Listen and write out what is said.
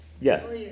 Yes